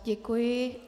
Děkuji.